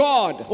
God